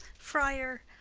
friar.